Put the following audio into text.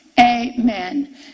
Amen